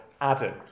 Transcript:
Adam